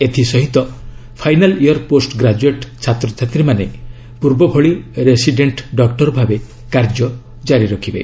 ଏଥିସହିତ final year post graduate ଛାତ୍ରଛାତ୍ରୀମାନେ ପୂର୍ବଭଳି ରେସିଡେଣ୍ଟ୍ ଡକ୍ଟର ଭାବେ କାର୍ଯ୍ୟ ଜାରି ରଖିବେ